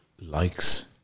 Likes